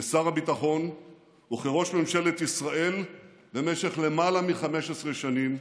כשר הביטחון וכראש ממשלת ישראל במשך למעלה מ-15 שנים,